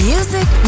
Music